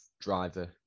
driver